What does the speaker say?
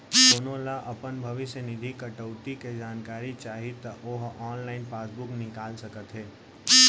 कोनो ल अपन भविस्य निधि कटउती के जानकारी चाही त ओ ह ऑनलाइन पासबूक निकाल सकत हे